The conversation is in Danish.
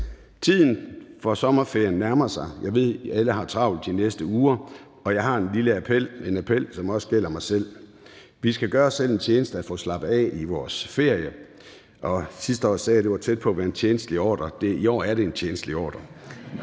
Tiden for sommerferien nærmer sig. Jeg ved, at alle har travlt de næste uger, og jeg har en lille appel – en appel, som også gælder mig selv. Vi skal gøre os selv den tjeneste at få slappet af i vores ferie. Sidste år sagde jeg, at det var tæt på at være en tjenstlig ordre. I år er det en tjenstlig ordre.